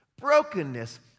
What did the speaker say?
Brokenness